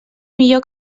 millor